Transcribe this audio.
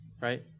right